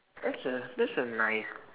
that's a that's a nice